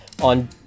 on